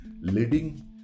leading